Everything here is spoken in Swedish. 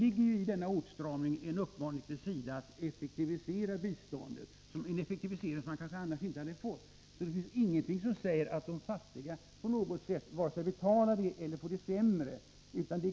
I denna åtstramning ligger en uppmaning till SIDA att effektivisera biståndet — en effektivisering som man kanske inte annars hade fått.